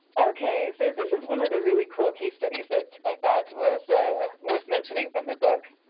okay, so this is one of the really cool case studies that i thought was ah worth mentioning from the book.